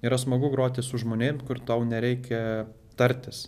yra smagu groti su žmonėm kur tau nereikia tartis